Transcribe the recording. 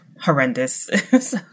Horrendous